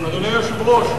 אדוני היושב-ראש,